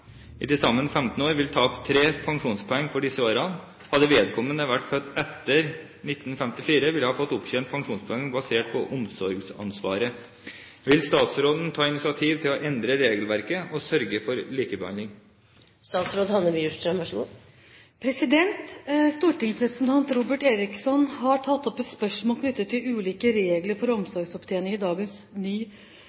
i til sammen 15 år vil tape tre pensjonspoeng for disse årene. Hadde vedkommende vært født etter 1954, ville hun fått opptjent pensjonspoeng basert på omsorgsansvaret. Vil statsråden ta initiativ til å endre regelverket og sørge for likebehandling?» Stortingsrepresentant Robert Eriksson har tatt opp et spørsmål knyttet til ulike regler for